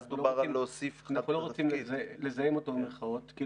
אנחנו לא רוצים לזהם אותו, במירכאות.